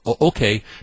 Okay